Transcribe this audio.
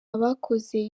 abakoze